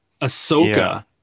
Ahsoka